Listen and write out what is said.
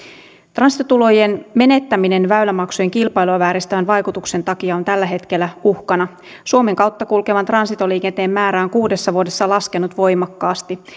transitotulojen menettäminen väylämaksujen kilpailua vääristävän vaikutuksen takia on tällä hetkellä uhkana suomen kautta kulkevan transitoliikenteen määrä on kuudessa vuodessa laskenut voimakkaasti